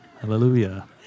Hallelujah